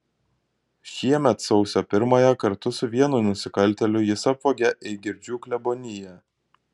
šiemet sausio pirmąją kartu su vienu nusikaltėliu jis apvogė eigirdžių kleboniją